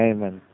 Amen